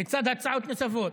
לצד הצעות נוספות.